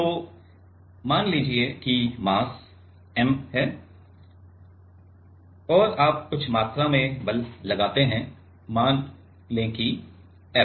तो मान लीजिए कि मास m है तो आप कुछ मात्रा में बल लगाते हैं मान लें कि F